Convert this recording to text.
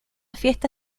fiesta